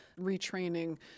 retraining